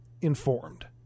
informed